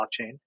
blockchain